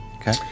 Okay